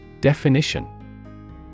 Definition